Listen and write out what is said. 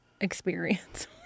experience